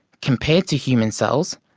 compared to human cells,